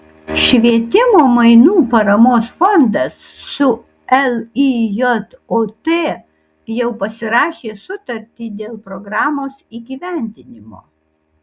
švietimo mainų paramos fondas su lijot jau pasirašė sutartį dėl programos įgyvendinimo